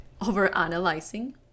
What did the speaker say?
overanalyzing